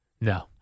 No